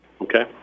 Okay